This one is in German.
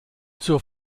zur